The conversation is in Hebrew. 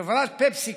חברת פפסיקו,